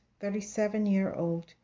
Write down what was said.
37-year-old